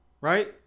Right